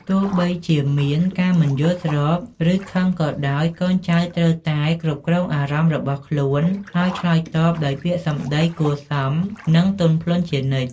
ទោះបីជាមានការមិនយល់ស្រប ឬខឹងក៏ដោយ កូនចៅត្រូវតែ គ្រប់គ្រងអារម្មណ៍ របស់ខ្លួន ហើយ ឆ្លើយតបដោយពាក្យសំដីគួរសម និងទន់ភ្លន់ជានិច្ច។